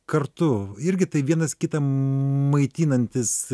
kartu irgi tai vienas kitą maitinantys